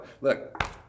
look